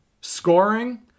scoring